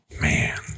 Man